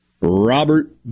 Robert